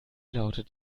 lautet